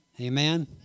Amen